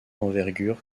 envergure